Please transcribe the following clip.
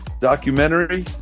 documentary